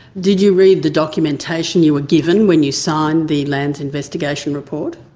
did you read the documentation you were given when you signed the lands investigation report?